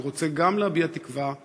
אני רוצה גם להביע תקווה לכולנו,